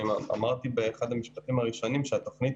אמרתי באחד המשפטים הראשונים שהתוכנית